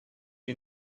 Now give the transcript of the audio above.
you